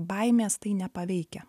baimės tai nepaveikia